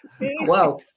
wow